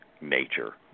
nature